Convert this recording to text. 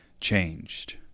changed